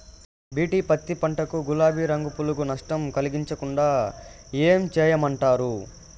BT పత్తి పంట కు, గులాబీ రంగు పులుగులు నష్టం కలిగించకుండా ఏం చేయమంటారు?